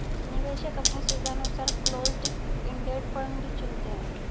निवेशक अपने सुविधानुसार क्लोस्ड इंडेड फंड चुनते है